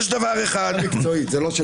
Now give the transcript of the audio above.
לא של שר.